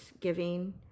giving